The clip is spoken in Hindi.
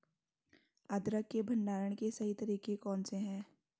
अदरक के भंडारण के सही तरीके कौन से हैं?